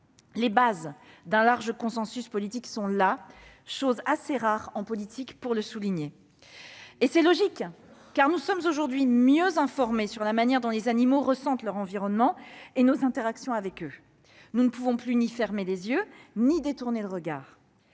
Les bases d'un large consensus politique sont là. La chose est assez rare en politique pour être soulignée. Et c'est logique, car nous sommes aujourd'hui mieux informés sur la manière dont les animaux ressentent leur environnement et nos interactions avec eux. Nous ne pouvons plus ni fermer les yeux ni détourner le regard.